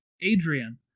Adrian